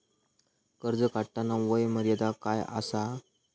कर्ज काढताना वय मर्यादा काय आसा?